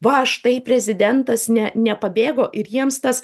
va štai prezidentas ne nepabėgo ir jiems tas